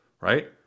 right